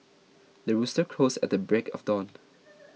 the rooster crows at the break of dawn